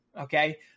okay